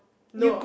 no